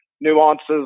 nuances